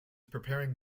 preparing